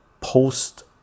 post